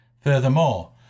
Furthermore